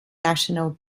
national